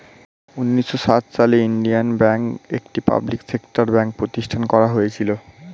উন্নিশো সাত সালে ইন্ডিয়ান ব্যাঙ্ক, একটি পাবলিক সেক্টর ব্যাঙ্ক প্রতিষ্ঠান করা হয়েছিল